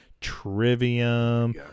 Trivium